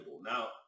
Now